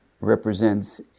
represents